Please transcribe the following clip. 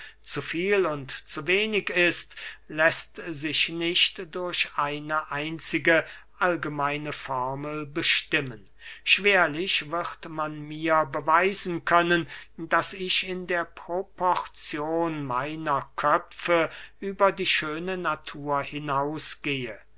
zu viel und zu wenig ist läßt sich nicht durch eine einzige allgemeine formel bestimmen schwerlich wird man mir beweisen können daß ich in der proporzion meiner köpfe über die schöne natur hinausgehe